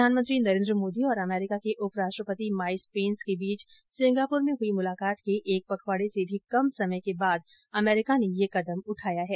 प्रधानमंत्री नरेंद्र मोदी और अमरीका के उपराष्ट्रपति माइस पेंस के बीच सिंगापुर में हुई मुलाकात के एक पखवाड़े से भी कम समय के बाद अमरीका ने यह कदम उठाया है